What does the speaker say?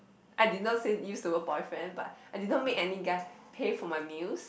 I did not say use the word boyfriend but I didn't made any guy pay for my meals